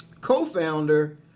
co-founder